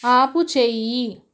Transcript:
ఆపుచేయి